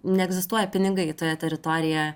neegzistuoja pinigai toje teritorijoje